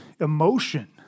emotion